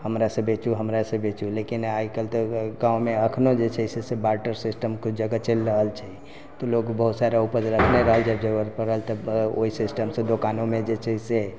हमरा से बेचू हमरा से बेचू लेकिन आइ काल्हि तऽ गाँवमे अखनो जे छै से बार्टर सिस्टम किछु जगह चलि रहल छै तऽ लोग बहुत सारा उपज रखने रहल जब जरूरत पड़ल तब ओहि सिस्टम से दोकानोमे जे छै से